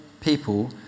people